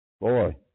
Boy